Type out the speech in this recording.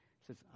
says